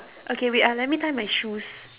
okay wait ah let me tie my shoes